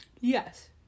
Yes